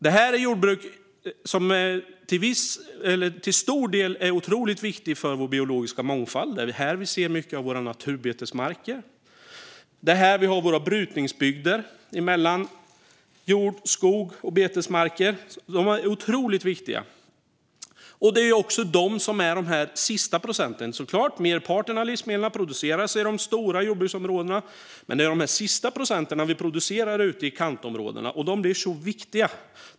Det är jordbruk som till stor del är otroligt viktiga för den biologiska mångfalden. Det är här vi ser mycket av våra naturbetesmarker. Det är här vi har våra brytningsbygder mellan jord, skog och betesmarker. De är otroligt viktiga. Det är också de sista procenten. Merparten av livsmedlen produceras i de stora jordbruksområdena. Men det är de sista procenten som vi producerar ute i kantområdena. De är så viktiga.